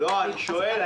אני שואל.